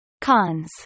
Cons